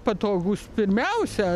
patogūs pirmiausia